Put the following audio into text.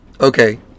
Okay